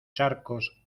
charcos